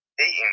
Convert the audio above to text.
eating